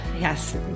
yes